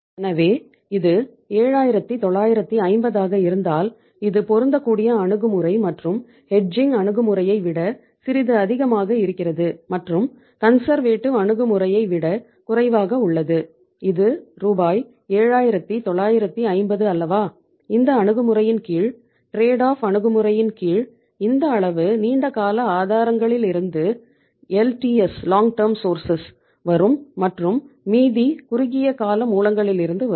எனவே இது 7950 ஆக இருந்தால் இது பொருந்தக்கூடிய அணுகுமுறை மற்றும் ஹெட்ஜிங் வரும் மற்றும் மீதி குறுகிய கால மூலங்களிலிருந்து வரும்